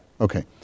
Okay